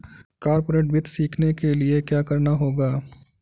corporate वित्त सीखने के लिया क्या करना होगा